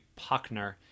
Puckner